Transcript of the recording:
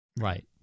right